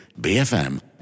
BFM